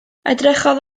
edrychodd